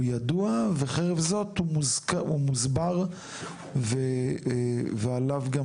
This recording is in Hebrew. הוא ידוע וחרף זאת הוא מוסבר ועליו גם